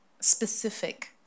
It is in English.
specific